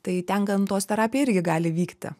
tai ten gamtos terapija irgi gali vykti